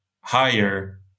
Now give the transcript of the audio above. higher